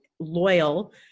loyal